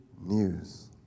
news